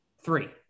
three